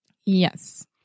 Yes